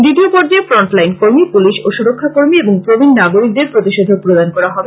দ্বিতীয় পর্যায়ে front line কর্মী পুলিশ ও সুরক্ষাকর্মী এবং প্রবীণ নাগরিকদের প্রতিষেধক প্রদান করা হবে